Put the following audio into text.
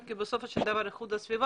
אם הוא לא מצליח, הוא מחויב גם להודיע.